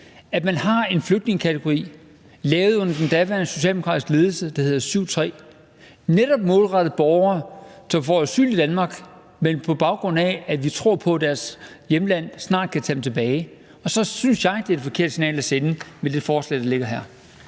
at man har en flygtningekategori, lavet under den daværende socialdemokratiske ledelse, der hedder § 7, stk. 3, og som netop er målrettet borgere, som får asyl i Danmark, men på baggrund af at vi tror på, at deres hjemland snart kan tage dem tilbage. Og så synes jeg, at det er et forkert signal, man sender med det forslag, der ligger her.